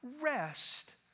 rest